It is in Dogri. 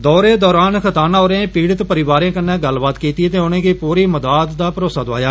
दौरे दौरान खताना होरें पीड़ित परिवारें कन्नै गल्लबात कीती ते उनेंगी पूरी मदाद दा भरोसा दुआया